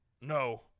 No